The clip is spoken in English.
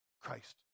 Christ